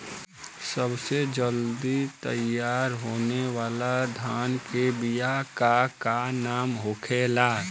सबसे जल्दी तैयार होने वाला धान के बिया का का नाम होखेला?